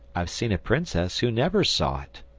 i've seen a princess who never saw it,